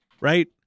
right